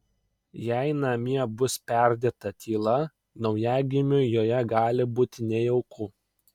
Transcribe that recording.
jei namie bus perdėta tyla naujagimiui joje gali būti nejauku